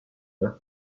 club